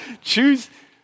choose